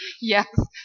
Yes